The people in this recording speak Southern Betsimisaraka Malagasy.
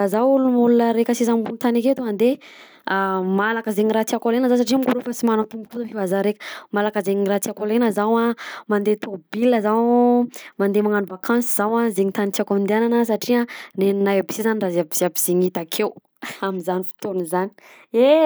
Raha zaho ny olona raiky sisa ambony tany aketo a de malaka zegny raha tiàko alaina zah satria io moko arô efa sy manatompo fa efa zah raiky malaka zay raha tiàko alaina zaho mandeh tomobile zaho mandeha magnano vakansy zaho zegny tany tiàko andehanana satria nenahy aby si zany raha jiaby jiaby zegny ita akeo amin'izany fotoana izany eh.